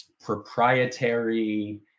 proprietary